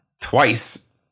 twice